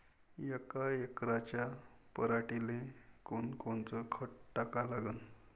यका एकराच्या पराटीले कोनकोनचं खत टाका लागन?